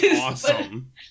awesome